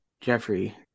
Jeffrey